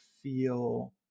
feel